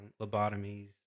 lobotomies